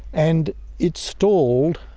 and it stalled,